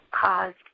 caused